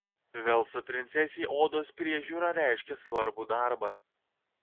velso princesei odos priežiūra reiškė svarbų darbą